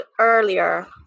earlier